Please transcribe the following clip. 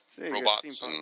robots